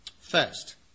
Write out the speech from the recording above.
First